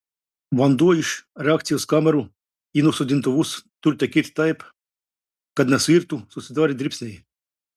vanduo iš reakcijos kamerų į nusodintuvus turi tekėti taip kad nesuirtų susidarę dribsniai